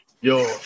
Yo